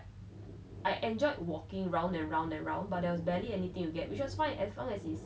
I enjoyed walking round and round and round but there was barely anything you get which was fine as long as it's